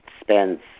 spends